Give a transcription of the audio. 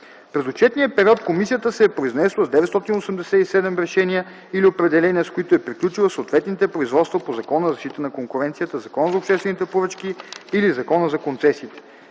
През отчетния период Комисията се е произнесла с 987 решения или определения, с които е приключила съответните производства по Закона за защита на конкуренцията, Закона за обществените поръчки или Закона за концесиите,